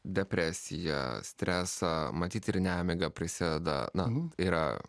depresiją stresą matyt ir nemigą prisideda namų yra